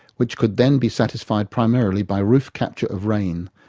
which could then be satisfied primarily by roof capture of rain,